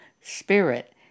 spirit